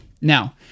Now